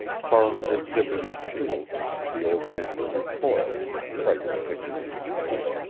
farland exhibited his shield, and the old janitor recoiled, fright depicted in his face.